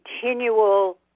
continual